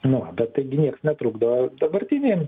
nu va bet taigi nieks netrukdo dabartiniem